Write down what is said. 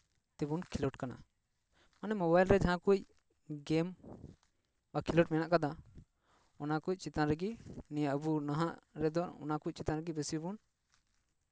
ᱛᱮᱵᱚᱱ ᱠᱷᱮᱞᱳᱰ ᱠᱟᱱᱟ ᱢᱟᱱᱮ ᱢᱳᱵᱟᱭᱤᱞ ᱨᱮ ᱡᱟᱦᱟᱸ ᱠᱚ ᱜᱮᱹᱢ ᱠᱷᱮᱞᱳᱰ ᱢᱮᱱᱟᱜ ᱠᱟᱫᱟ ᱚᱱᱟ ᱠᱚ ᱪᱮᱛᱟᱱ ᱨᱮᱜᱮ ᱱᱤᱭᱟᱹ ᱟᱵᱚ ᱱᱟᱦᱟᱜ ᱨᱮᱫᱚ ᱚᱱᱟ ᱠᱚ ᱪᱮᱛᱟᱱ ᱨᱮᱜᱮ ᱵᱮᱥᱤ ᱵᱚᱱ